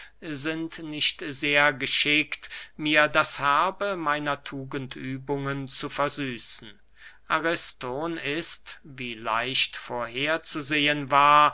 sind nicht sehr geschickt mir das herbe meiner tugendübungen zu versüßen ariston ist wie leicht vorher zu sehen war